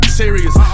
serious